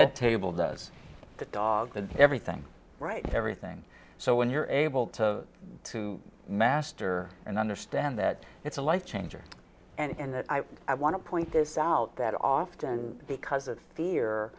that table does the dog and everything right everything so when you're able to to master and understand that it's a life changer and i want to point this out that often because of fear